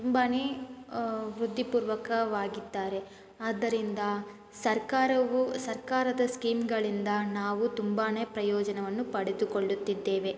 ತುಂಬಾ ವೃತ್ತಿಪೂರ್ವಕವಾಗಿದ್ದಾರೆ ಆದ್ದರಿಂದ ಸರ್ಕಾರವು ಸರ್ಕಾರದ ಸ್ಕೀಮುಗಳಿಂದ ನಾವು ತುಂಬಾ ಪ್ರಯೋಜನವನ್ನು ಪಡೆದುಕೊಳ್ಳುತ್ತಿದ್ದೇವೆ